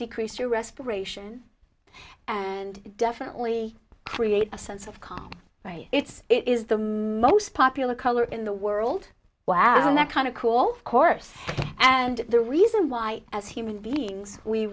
decrease your respiration and definitely create a sense of calm right it's it is the most popular color in the world wow that kind of cool course and the reason why as human beings we